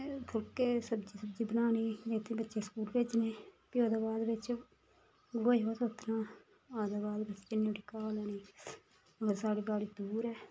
फुल्के सब्जी सुब्जी बनानी ते बच्चे स्कूल भेजने फ्ही ओह्दे बाद बिच्च गोहा छोहा सोतना ओह्दे बाद बिच्च घाह् लेयाना वा साढ़ी बाड़ी दूर ऐ